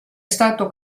stato